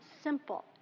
simple